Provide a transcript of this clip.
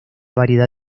variedad